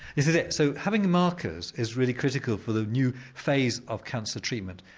is is it. so having markers is really critical for the new phase of cancer treatment.